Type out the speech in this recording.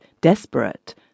desperate